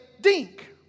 dink